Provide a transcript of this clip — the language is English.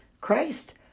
Christ